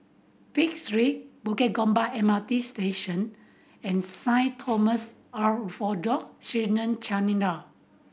Pick Street Bukit Gombak M R T Station and Saint Thomas Syrian